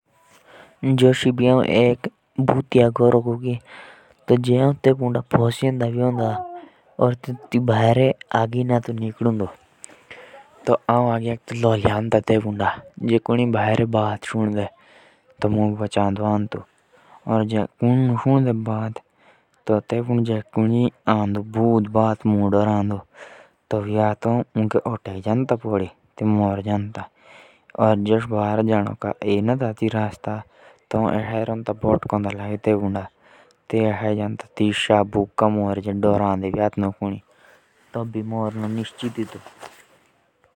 जोष एक भूतिया घर हो और आऊ तेपुड़ा जांदा फोसे गलती से तो, आऊ बैरे निखनक आगे तो भयेरक लोलियादा था जे कुणि भयेरक होडे तो मु बचा दे आडे। और जे मुके तेपुड़ू भूत दरादो तो आऊ बेहोश होदा था।